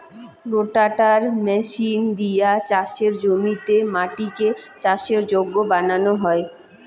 রোটাটার machine দিয়া চাসের জমিয়াত মাটিকে চাষের যোগ্য বানানো হই